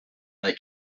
they